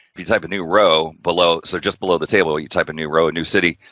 if you type a new row below, so just below the table, you type a new row, a new city,